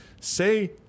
say